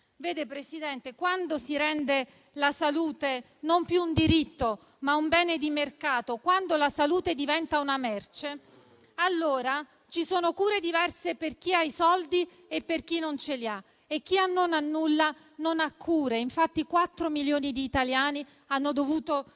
Vede, Presidente, quando si rende la salute non più un diritto, ma un bene di mercato, quando la salute diventa una merce, allora ci sono cure diverse per chi ha i soldi e per chi non ce li ha e chi non ha nulla non ha cure. Infatti, 4 milioni di italiani hanno dovuto